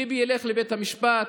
ביבי ילך לבית המשפט,